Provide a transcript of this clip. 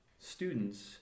students